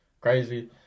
crazy